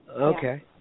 Okay